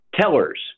tellers